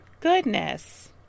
Goodness